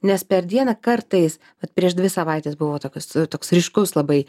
nes per dieną kartais vat prieš dvi savaites buvo tokios toks ryškus labai